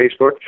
Facebook